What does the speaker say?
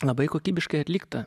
labai kokybiškai atlikta